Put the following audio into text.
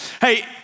Hey